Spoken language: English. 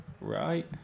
right